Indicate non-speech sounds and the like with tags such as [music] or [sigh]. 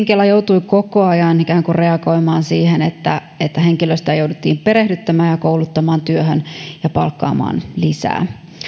[unintelligible] kela joutui koko ajan ikään kuin reagoimaan siihen että että henkilöstöä jouduttiin perehdyttämään ja kouluttamaan työhön ja palkkaamaan lisää